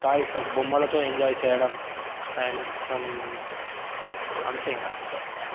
toys బొమ్మలతో enjoy చేయడం and some అంతే ఇంక